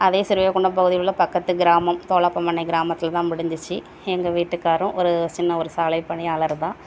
அதே ஸ்ரீவைகுண்டம் பகுதியில் உள்ள பக்கத்து கிராமம் தோலாப்பம் பண்ணை கிராமத்தில் தான் முடிஞ்சிச்சு எங்கள் வீட்டுக்காரரும் ஒரு சின்ன ஒரு சாலை பணியாளர் தான்